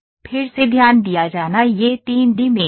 फिर से ध्यान दिया जाना यह 3 डी मेष है